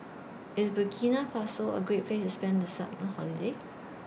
IS Burkina Faso A Great Place to spend The Summer Holiday